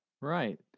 Right